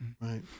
Right